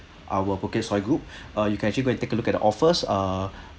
our phuket soi group uh you can actually go and take a look at the offers uh